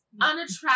unattractive